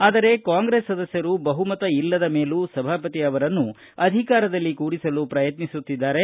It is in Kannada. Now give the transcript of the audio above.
ಆದರೆ ಕಾಂಗ್ರೆಸ್ ಸದಸ್ಟರು ಬಹುಮತ ಇಲ್ಲದ ಮೇಲೂ ಸಭಾಪತಿ ಅವರನ್ನೂ ಅಧಿಕಾರದಲ್ಲಿ ಕೂರಿಸಲು ಪ್ರಯತ್ನಿಸುತ್ತಿದ್ದಾರೆ